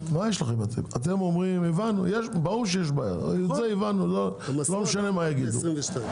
זה הבנו ולא משנה מה יגידו.